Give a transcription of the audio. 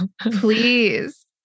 Please